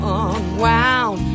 unwound